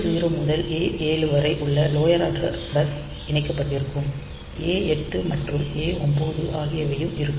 A0 முதல் A7 வரை உள்ள லோயர் அட்ரஸ் பஸ் இணைக்கப்பட்டிருக்கும் A8 மற்றும் A9 ஆகியவையும் இருக்கும்